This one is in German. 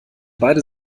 beide